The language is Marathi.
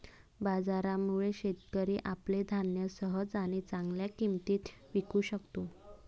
बाजारामुळे, शेतकरी आपले धान्य सहज आणि चांगल्या किंमतीत विकू शकतो